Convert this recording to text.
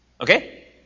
Okay